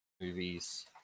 movies